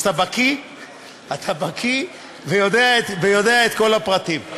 אז אתה בקי ויודע את כל הפרטים.